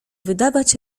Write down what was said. wydawać